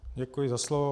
Děkuji za slovo.